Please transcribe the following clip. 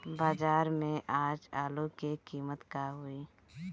बाजार में आज आलू के कीमत का होई?